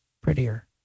prettier